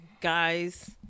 guys